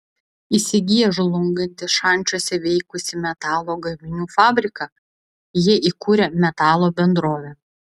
įsigiję žlungantį šančiuose veikusį metalo gaminių fabriką jie įkūrė metalo bendrovę